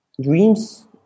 dreams